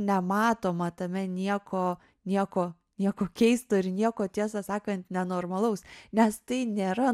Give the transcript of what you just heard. nematoma tame nieko nieko nieko keisto ir nieko tiesą sakant nenormalaus nes tai nėra